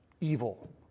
evil